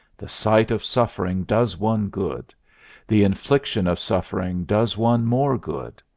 the sight of suffering does one good the infliction of suffering does one more good.